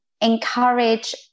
encourage